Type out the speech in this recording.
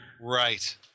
right